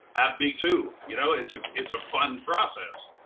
me too. you know it's ah it's a fun process,